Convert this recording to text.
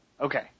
Okay